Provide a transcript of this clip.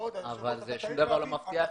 אבל שום דבר לא מבטיח את זה.